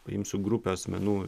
paimsiu grupę asmenų